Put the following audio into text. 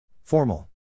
Formal